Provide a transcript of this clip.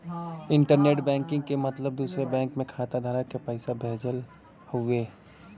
internet banking क मतलब दूसरे बैंक में खाताधारक क पैसा भेजना हउवे